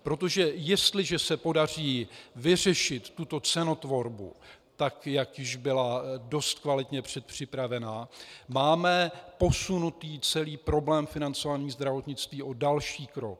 Protože jestliže se podaří vyřešit tuto cenotvorbu, tak jak již byla dost kvalitně předpřipravena, máme posunutý celý problém financování zdravotnictví o další krok.